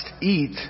eat